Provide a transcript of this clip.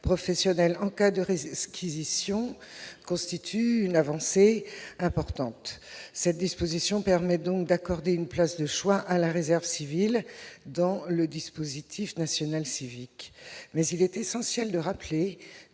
professionnelles en cas de réquisition constitue une avancée importante. Cette disposition permet d'accorder une place de choix à la réserve civile dans le dispositif national civique. Il est toutefois essentiel de rappeler